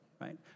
right